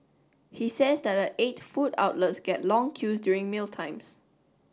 he says that the eight food outlets get long queues during mealtimes